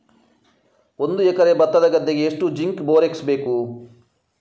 ಒಂದು ಎಕರೆ ಭತ್ತದ ಗದ್ದೆಗೆ ಎಷ್ಟು ಜಿಂಕ್ ಬೋರೆಕ್ಸ್ ಬೇಕು?